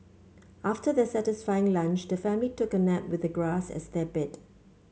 after their satisfying lunch the family took a nap with the grass as their bed